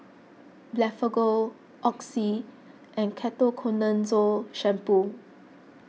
Blephagel Oxy and Ketoconazole Shampoo